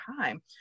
time